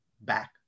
back